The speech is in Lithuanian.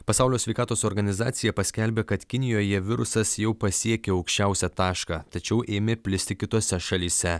pasaulio sveikatos organizacija paskelbė kad kinijoje virusas jau pasiekė aukščiausią tašką tačiau ėmė plisti kitose šalyse